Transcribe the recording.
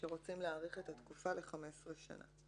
רוצים להאריך את התקופה ל-15 שנה.